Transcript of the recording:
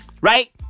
Right